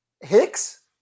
Hicks